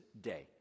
day